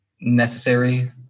necessary